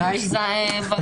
אני יכולה כמה הערות קטנות?